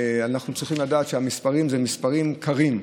אנחנו צריכים לדעת שהמספרים הם מספרים קרים.